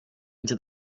into